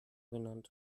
genannt